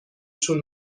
شون